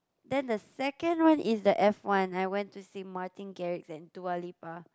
then the second one is the F-one I went to see Martin-Garrix and Dua-Lipa